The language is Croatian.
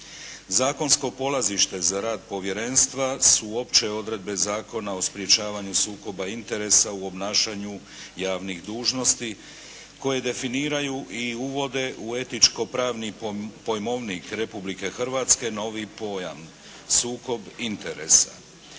Zakonsko polazište za rad povjerenstva su opće odredbe Zakona o sprječavanju sukoba interesa u obnašanju javnih dužnosti koje definiraju i uvode u etičko pravni pojmovnik Republike Hrvatske novi pojam, sukob interesa.